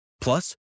Plus